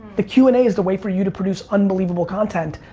the q and a's the way for you to produce unbelievable content.